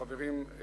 חברים,